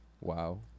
Wow